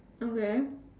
okay